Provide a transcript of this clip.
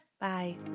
Bye